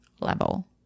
level